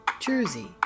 Jersey